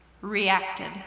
reacted